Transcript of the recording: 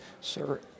Sir